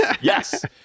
yes